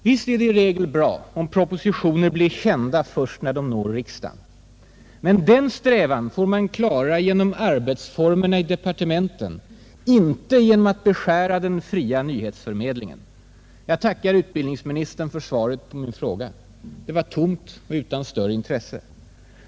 Visst är det i regel bra om propositioner blir kända först när de når riksdagen. Men den strävan får man klara genom arbetsformerna i departementen, inte genom att beskära den fria nyhetsförmedlingen. Jag tackar utbildningsministern för svaret på min fråga. Det var tomt och utan större intresse.